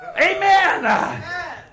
Amen